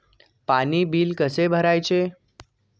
पाणी बिल कसे भरायचे?